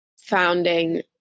founding